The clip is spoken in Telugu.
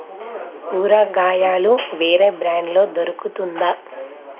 ఊరగాయాలు వేరే బ్రాండ్లో దొరుకుతుందా